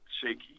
shaky